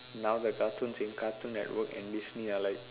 now the cartoons in cartoon network and Disney are like